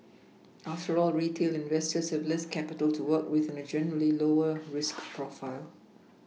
after all retail investors have less capital to work with and a generally lower risk profile